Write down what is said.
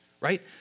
right